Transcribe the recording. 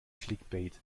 clickbait